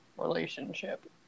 relationship